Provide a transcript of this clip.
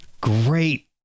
Great